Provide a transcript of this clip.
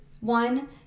one